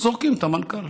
זורקים את המנכ"ל.